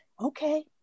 okay